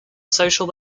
social